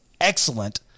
excellent